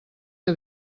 que